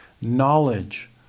Knowledge